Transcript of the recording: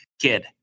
Kid